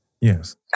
Yes